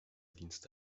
dienste